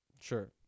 sure